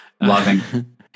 loving